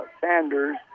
Sanders